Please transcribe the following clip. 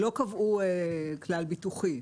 לא קבעו כלל ביטוחי.